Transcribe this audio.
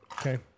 Okay